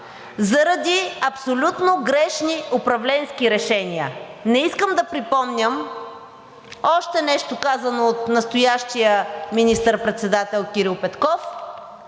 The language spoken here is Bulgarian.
заради абсолютно грешни управленски решения. Не искам да припомням още нещо, казано от настоящия министър-председател Кирил Петков,